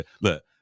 look